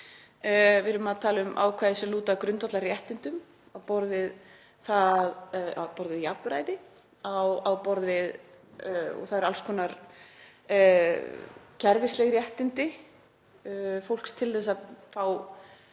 Við erum að tala um ákvæði sem lúta að grundvallarréttindum á borð við jafnræði og það eru alls konar kerfislæg réttindi fólks til að fá